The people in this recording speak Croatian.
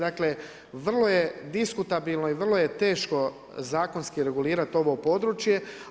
Dakle vrlo je diskutabilno i vrlo je teško zakonski regulirati ovo područje.